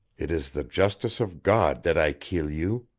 it is the justice of god that i kill you!